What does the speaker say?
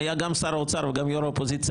היה גם שר האוצר וגם יושב ראש האופוזיציה